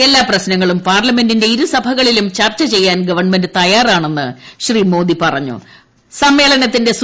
എല്ലാ പ്രശ്നങ്ങളും പാർലമെന്റിന്റെ ഇരു സ്ഭക്ളിലും ചർച്ച ചെയ്യാൻ ഗവൺമെന്റ് തയ്യാറാണെന്ന് സമ്മേളനത്തിന്റെ പറഞ്ഞു